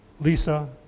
Lisa